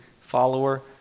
follower